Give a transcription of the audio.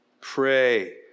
Pray